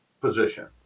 position